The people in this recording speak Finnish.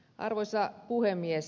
arvoisa puhemies